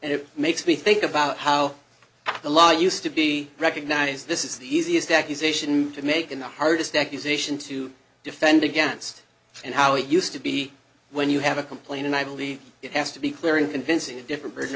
and it makes me think about how the law used to be recognized this is the easiest accusation to make and the hardest accusation to defend against and how it used to be when you have a complaint and i believe it has to be clear and convincing a different